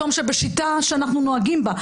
מקום שבשיטה שאנחנו נוהגים בה,